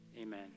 amen